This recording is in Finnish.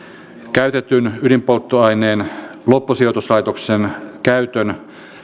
käytetyn ydinpolttoaineen loppusijoituslaitoksen käytön